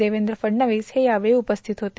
देवेंद्र फडणवीस हे यावेळी उपस्थित होते